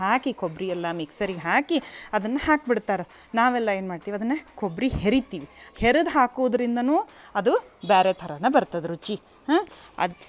ಹಾಕಿ ಕೊಬ್ಬರಿ ಎಲ್ಲ ಮಿಕ್ಸರಿಗೆ ಹಾಕಿ ಅದನ್ನು ಹಾಕ್ಬಿಡ್ತಾರ ನಾವೆಲ್ಲ ಏನ್ಮಾಡ್ತೀವಿ ಅದನ್ನು ಕೊಬ್ಬರಿ ಹೆರಿತೀವಿ ಹೆರದು ಹಾಕೂದ್ರಿಂದಲೂ ಅದು ಬೇರೆ ಥರನೇ ಬರ್ತದೆ ರುಚಿ ಹಾಂ ಅದು